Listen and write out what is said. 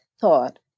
thought